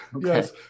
Yes